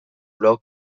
blog